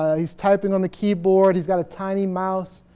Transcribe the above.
ah he's typing on the keyboard, he's got a tiny mouse.